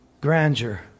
grandeur